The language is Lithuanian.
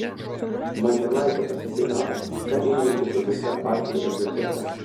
magylaitė pasiteiravo ką įžvelgi tokiuose partijų elgesiuose